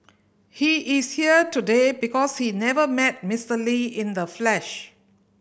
he is here today because he never met Mister Lee in the flesh